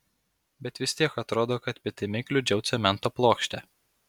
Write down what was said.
bet vis tiek atrodo kad petimi kliudžiau cemento plokštę